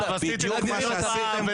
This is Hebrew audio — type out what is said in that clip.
זה בדיוק מה שעשיתם בשנה האחרונה.